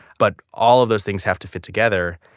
but all of those things have to fit together,